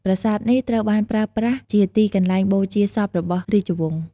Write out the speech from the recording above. ប្រាសាទនេះ ត្រូវបានប្រើប្រាស់ជាទីកន្លែងបូជាសពរបស់ រាជវង្ស។